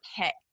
pick